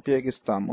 ఉపయోగిస్తాము